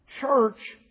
Church